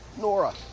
Nora